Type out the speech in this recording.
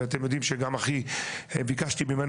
ואתם יודעים שביקשתי מאחי,